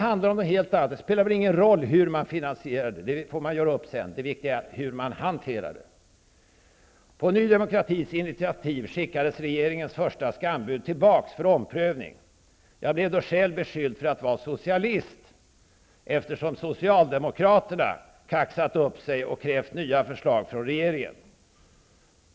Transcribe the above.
Finansieringen spelar ingen roll, den får man göra upp om senare. Det viktiga är hur skulden hanteras. På Ny demokratis initiativ skickades regeringens första skambud tillbaka för omprövning. Jag blev själv beskylld för att vara socialist, eftersom Socialdemokraterns kaxat upp sig och krävt nya förslag från regeringen.